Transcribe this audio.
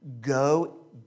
Go